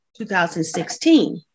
2016